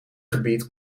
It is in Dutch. gebied